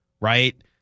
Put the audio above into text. right